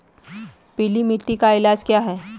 पीली मिट्टी का इलाज क्या है?